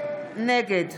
נגד